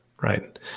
Right